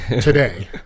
today